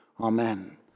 Amen